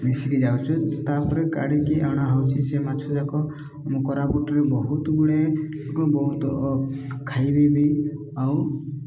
ମିଶିକି ଯାଉଛୁ ତା'ପରେ କାଢ଼ିକି ଅଣା ହେଉଛି ସେ ମାଛଯାକ ଆମ କରାପୁଟରେ ବହୁତ ଗୁଡ଼ିଏ ଏକ ବହୁତ ଖାଇବି ବିି ଆଉ